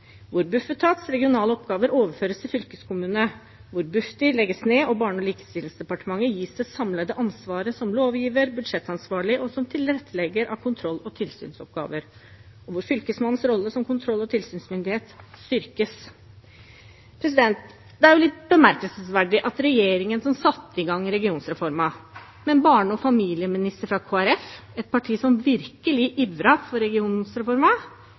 hvor Bufetats regionale oppgaver overføres til fylkeskommunene, hvor Bufdir legges ned og Barne- og likestillingsdepartementet gis det samlede ansvaret som lovgiver, budsjettansvarlig og tilrettelegger av kontroll- og tilsynsoppgaver, og hvor Fylkesmannens rolle som kontroll- og tilsynsmyndighet styrkes. Det er litt bemerkelsesverdig at regjeringen som satte i gang regionreformen, med en barne- og familieminister fra Kristelig Folkeparti, et parti som virkelig ivret for